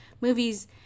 movies